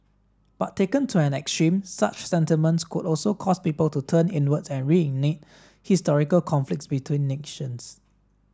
but taken to an extreme such sentiments could also cause people to turn inwards and reignite historical conflicts between nations